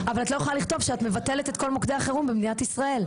אבל את לא יכולה לכתוב שאת מבטלת את כל מוקדי החירום במדינת ישראל.